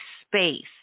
space